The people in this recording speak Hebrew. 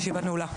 הישיבה נעולה.